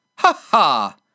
Ha-ha